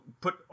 put